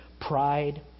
pride